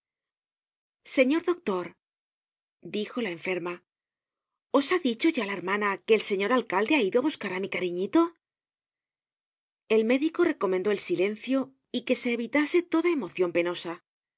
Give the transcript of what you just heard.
señor doctor dijo la enferma os ha dicho ya la hermana que el señor alcalde ha ido á buscar á mi cariñito el médico recomendó el silencio y que se evitase toda emocion pe